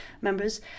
members